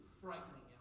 frightening